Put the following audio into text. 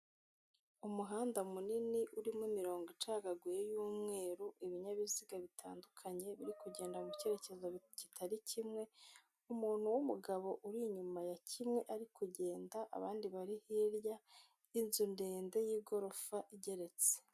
Umuhanda munini urimo imirongo icagaguye y'umweru, ibinyabiziga bitandukanye biri kugenda mu cyerekezo kitari kimwe, umuntu w'umugabo uri inyuma ya kimwe ari kugenda, abandi bari hirya y'inzu ndende y'igorofa igeretse.